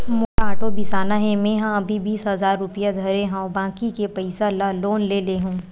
मोला आटो बिसाना हे, मेंहा अभी बीस हजार रूपिया धरे हव बाकी के पइसा ल लोन ले लेहूँ